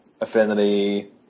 Affinity